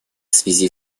связи